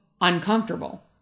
uncomfortable